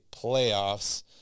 playoffs